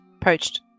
Poached